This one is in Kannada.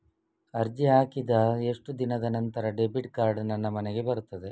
ಅರ್ಜಿ ಹಾಕಿದ ಎಷ್ಟು ದಿನದ ನಂತರ ಡೆಬಿಟ್ ಕಾರ್ಡ್ ನನ್ನ ಮನೆಗೆ ಬರುತ್ತದೆ?